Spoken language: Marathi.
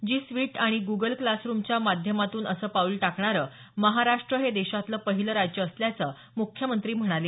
जी स्वीट आणि गुगल क्लासरुमच्या माध्यमातून असं पाऊल टाकणारं महाराष्ट्र हे देशातलं पहिलं राज्य असल्याचं म्ख्यमंत्री म्हणाले